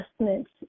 adjustments